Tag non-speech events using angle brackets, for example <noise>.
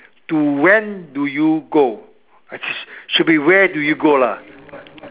to when do you go <noise> should be where do you go lah